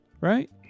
right